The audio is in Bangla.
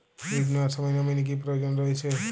ঋণ নেওয়ার সময় নমিনি কি প্রয়োজন রয়েছে?